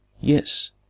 Yes